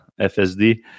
FSD